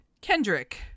Kendrick